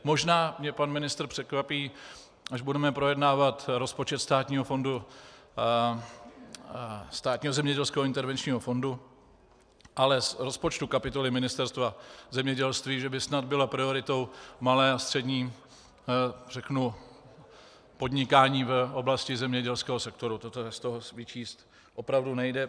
Možná mě pan ministr překvapí, až budeme projednávat rozpočet Státního zemědělského a intervenčního fondu, ale z rozpočtu kapitoly Ministerstva zemědělství že by snad bylo prioritou malé a střední podnikání v oblasti zemědělského sektoru, to tedy z toho vyčíst opravdu nejde.